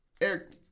Eric